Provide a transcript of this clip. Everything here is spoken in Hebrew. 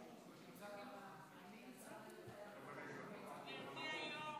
כבוד היושבת-ראש,